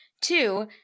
Two